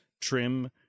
trim